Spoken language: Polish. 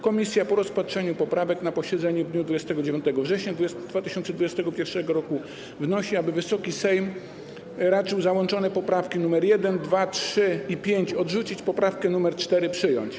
Komisja po rozpatrzeniu poprawek na posiedzeniu w dniu 29 września 2021 r. wnosi, aby Wysoki Sejm raczył załączone poprawki nr 1, 2, 3 i 5 odrzucić, a poprawkę nr 4 przyjąć.